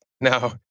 Now